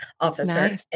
officer